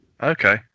Okay